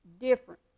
different